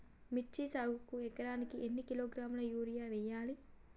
మిర్చి సాగుకు ఎకరానికి ఎన్ని కిలోగ్రాముల యూరియా వేయాలి?